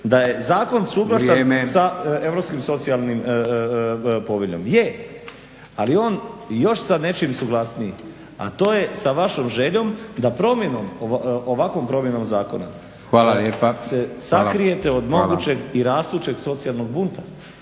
Vrijeme./… sa europskih socijalnim poveljom, je ali on još sa nečim suglasniji, a to je sa vašom željom da promjenom, ovakvom promjenom zakona se sakrijete od mogućeg i rastućeg socijalnog bunta